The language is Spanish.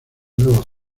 nuevos